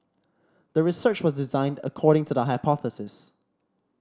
the research was designed according to the hypothesis